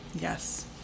Yes